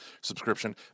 subscription